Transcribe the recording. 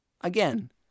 Again